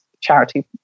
charity